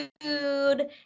food